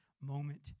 moment